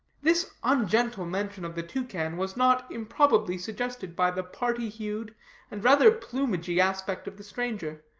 this ungentle mention of the toucan was not improbably suggested by the parti-hued and rather plumagy aspect of the stranger,